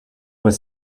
was